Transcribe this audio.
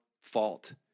fault